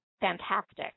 fantastic